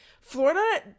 Florida